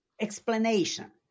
explanation